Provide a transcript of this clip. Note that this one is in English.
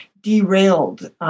derailed